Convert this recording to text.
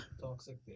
toxic